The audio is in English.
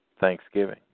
Thanksgiving